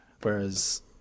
whereas